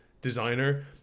Designer